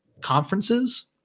conferences